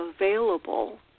available